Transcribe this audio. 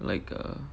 like uh